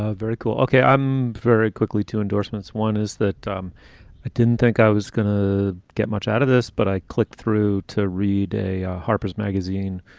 ah very cool ok. i'm very quickly to endorsement's one is that um i didn't think i was going to get much out of this, but i clicked through to read a harper's magazine